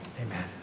amen